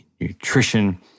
nutrition